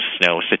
snow